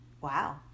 wow